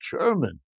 German